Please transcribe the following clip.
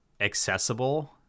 accessible